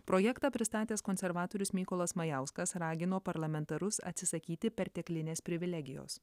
projektą pristatęs konservatorius mykolas majauskas ragino parlamentarus atsisakyti perteklinės privilegijos